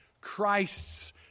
Christ's